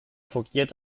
fungiert